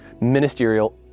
ministerial